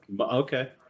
Okay